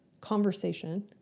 conversation